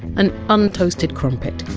an untoasted crumpet,